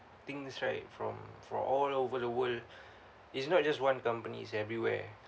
things right from from all over the world it's not just one company it's everywhere